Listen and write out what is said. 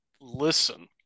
listen